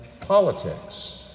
politics